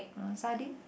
uh sardine